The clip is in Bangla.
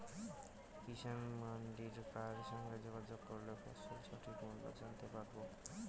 কিষান মান্ডির কার সঙ্গে যোগাযোগ করলে ফসলের সঠিক মূল্য জানতে পারবো?